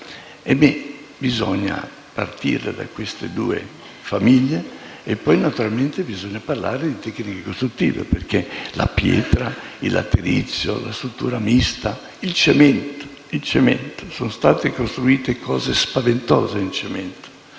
fa. Occorre partire da queste due famiglie e poi naturalmente bisogna parlare di tecniche costruttive: la pietra, il laterizio, la struttura mista, il cemento. Sono state costruite cose spaventose in cemento